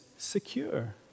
Secure